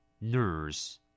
Nurse